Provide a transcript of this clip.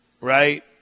right